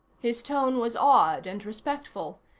his tone was awed and respectful,